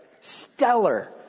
stellar